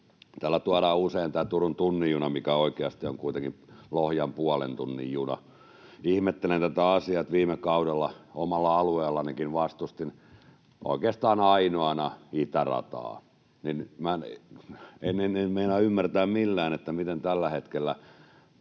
Täällä tuodaan usein tämä Turun tunnin juna, mikä oikeasti on kuitenkin Lohjan puolen tunnin juna. Ihmettelen tätä asiaa. Viime kaudella omalla alueellanikin vastustin oikeastaan ainoana itärataa, niin että en meinaa ymmärtää millään, miten tällä hetkellä